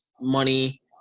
money